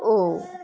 ओ